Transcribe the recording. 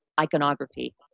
iconography